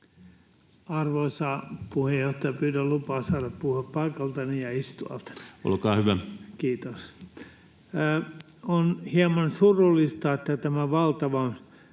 Arvoisa puheenjohtaja! Pyydän lupaa saada puhua paikaltani ja istualtani.] — Olkaa hyvä. Kiitos. On hieman surullista, että tämä valtavan